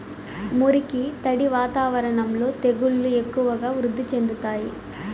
మురికి, తడి వాతావరణంలో తెగుళ్లు ఎక్కువగా వృద్ధి చెందుతాయి